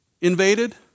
invaded